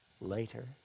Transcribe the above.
later